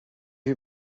you